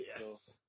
yes